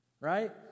Right